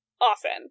often